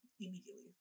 immediately